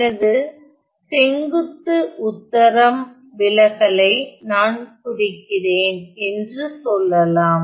எனது செங்குத்து உத்தரம் விலகலை நான் குறிக்கிறேன் என்று சொல்லலாம்